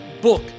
book